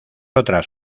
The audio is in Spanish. otras